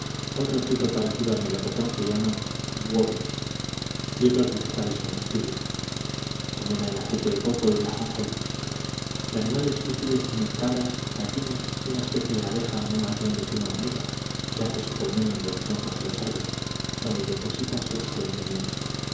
otro fruto parecido al melocotón que llaman uve y otros vegetales comestibles también hay aceite de coco y de ajonjolí de animales útiles tienen cabras gallinas y una especie de abeja no más grande que una hormiga que hace su colmena en los troncos de los árboles donde deposita su excelente miel